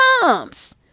comes